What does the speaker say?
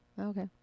okay